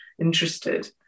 interested